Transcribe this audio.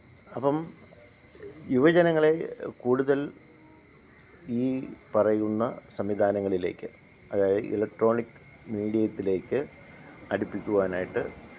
അപ്പം യുവജനങ്ങളെ കൂടുതല് ഈ പറയുന്ന സംവിധാനങ്ങളിലേക്ക് അതായത് ഇലക്ട്രോണിക് മീഡിയത്തിലേക്ക് അടിപ്പിക്കുവാനായിട്ട്